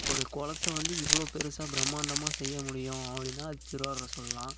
ஒரு குளத்த இவ்வளோ பெருசாக பிரம்மாண்டமாக செய்ய முடியும் அப்படின்னா அது திருவாரூரை சொல்லலாம்